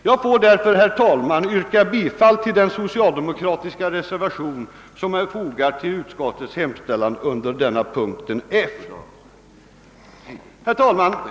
Jag får därför, herr talman, yrka bifall till den socialdemokratiska reservation som avgivits vid utskottets hemställan under moment F. Herr talman!